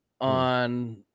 on